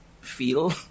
feel